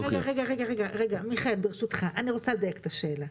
רגע, מיכאל, ברשותך, אני רוצה לדייק את השאלה,